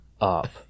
up